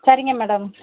சரிங்க மேடம்